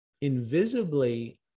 invisibly